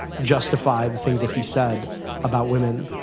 justify the things that he said about women.